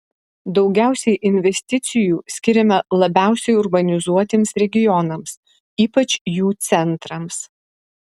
daugiausiai investicijų skiriama labiausiai urbanizuotiems regionams ypač jų centrams